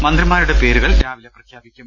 മന്ത്രി മാരുടെ പേരുകൾ രാവിലെ പ്രഖ്യാപിക്കും